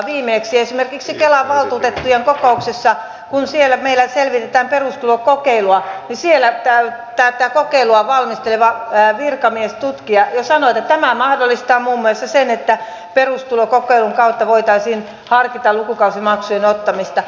viimeksi esimerkiksi kelan valtuutettujen kokouksessa kun siellä meillä selvitetään perustulokokeilua tätä kokeilua valmisteleva virkamiestutkija jo sanoi että tämä mahdollistaa muun muassa sen että perustulokokeilun kautta voitaisiin harkita lukukausimaksujen ottamista